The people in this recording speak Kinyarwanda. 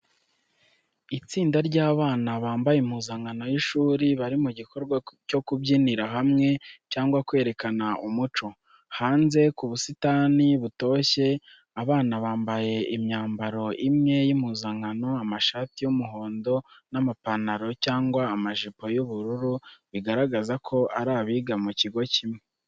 Itsinda ry’abana bambaye impuzankano y’ishuri bari mu gikorwa cyo kubyinira hamwe cyangwa kwerekana umuco, hanze ku busitani butoshye. Abana bambaye imyambaro imwe y'impuzankano, amashati y'umuhondo n’amapantaro cyangwa amajipo y’ubururu bigaragaza ko ari abiga mu kigo kimwe.